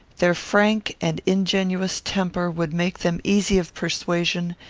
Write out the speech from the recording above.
their frank and ingenuous temper would make them easy of persuasion,